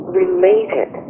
related